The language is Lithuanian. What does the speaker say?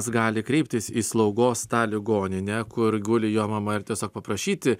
gali kreiptis į slaugos tą ligoninę kur guli jo mama ir tiesiog paprašyti